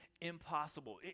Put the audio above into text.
impossible